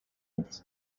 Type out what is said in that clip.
ustez